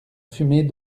fumée